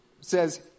says